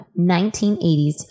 1980s